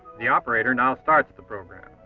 the operator now starts the program.